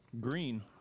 Green